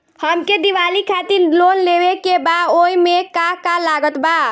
हमके दिवाली खातिर लोन लेवे के बा ओमे का का लागत बा?